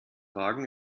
wagen